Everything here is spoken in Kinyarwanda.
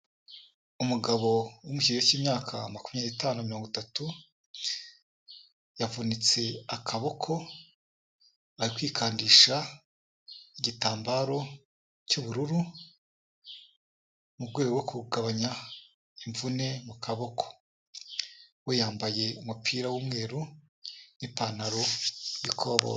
Umugabo uri mu kigero cy'imyaka makumyabiri n'itanu na mirongo itatu, yavunitse akaboko, ari kwikandisha igitambaro cy'ubururu, mu rwego rwo kugabanya imvune mu kaboko. We yambaye umupira w'umweru n'ipantaro y'ikoboyi.